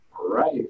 right